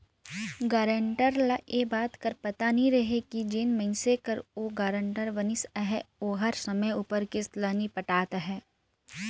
guarantor ल ए बात कर पता नी रहें कि जेन मइनसे कर ओ गारंटर बनिस अहे ओहर समे उपर किस्त ल नी पटात अहे